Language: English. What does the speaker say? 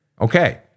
Okay